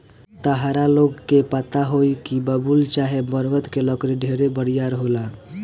ताहरा लोग के पता होई की बबूल चाहे बरगद के लकड़ी ढेरे बरियार होला